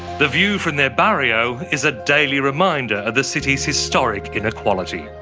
the view from their barrio is a daily reminder of the city's historic inequality.